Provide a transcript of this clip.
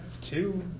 two